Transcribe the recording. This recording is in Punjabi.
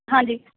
ਹਾਂਜੀ